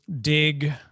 Dig